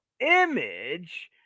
image